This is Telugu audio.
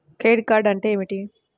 క్రెడిట్ కార్డ్ అంటే ఏమిటి?